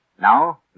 Now